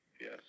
Yes